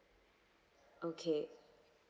okay